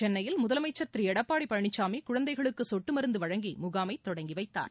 சென்னையில் முதலமைச்சர் திருளடப்பாடிபழனிசாமிகுழந்தைகளுக்குசொட்டுமருந்துவழங்கிமுகாமைதொடங்கிவைத்தார்